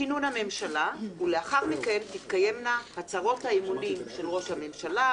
כינון הממשלה ולאחר מכן תתקיימנה הצהרות האמונים של ראש הממשלה,